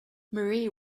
marie